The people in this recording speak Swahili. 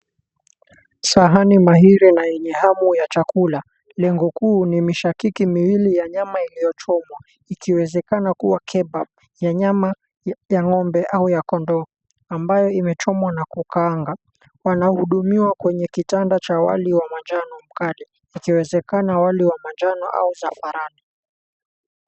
Sahani mahiri na yenye hamu ya chakula. Lengo kuu ni mishakiki miwili ya nyama iliyochomwa, ikiwezekana kuwa kebab ya nyama ya ng'ombe au ya kondoo ambayo imechomwa na kukaanga. Wanahudumiwa kwenye kitanda cha wali wa majano mkali. Ikiwezekana wali wa majano au za farani.